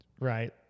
right